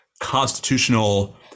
constitutional